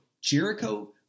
Jericho